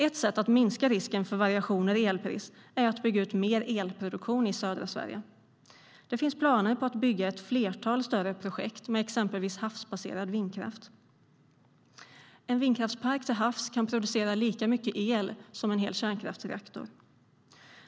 Ett sätt att minska risken för variationer i elpris är att bygga ut mer elproduktion i södra Sverige. Det finns planer på att bygga ett flertal större projekt med exempelvis havsbaserad vindkraft. En vindkraftspark till havs kan producera lika mycket el som en hel kärnkraftsreaktor.